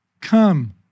come